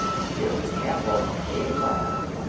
jim the cab-horse came last,